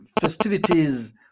festivities